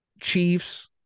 Chiefs